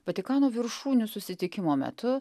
vatikano viršūnių susitikimo metu